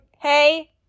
Hey